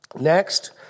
Next